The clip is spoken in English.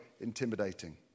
intimidating